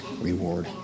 reward